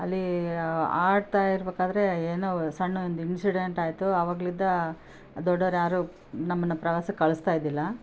ಅಲ್ಲಿ ಆಡ್ತಾ ಇರಬೇಕಾದ್ರೆ ಏನೋ ಒ ಸಣ್ಣೊಂದು ಇನ್ಸಿಡೆಂಟ್ ಆಯ್ತು ಆವಾಗ್ನಿಂದ ದೊಡ್ಡವ್ರು ಯಾರೂ ನಮ್ಮನ್ನು ಪ್ರವಾಸಕ್ಕೆ ಕಳಿಸ್ತಾ ಇದ್ದಿಲ್ಲ